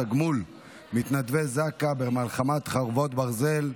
תגמול מתנדבי זק"א במלחמת חרבות ברזל),